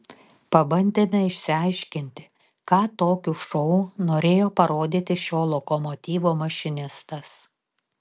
pabandėme išsiaiškinti ką tokiu šou norėjo parodyti šio lokomotyvo mašinistas